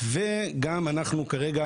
וגם אנחנו כרגע